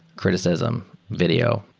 criticism, video,